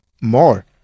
more